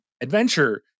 adventure